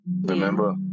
Remember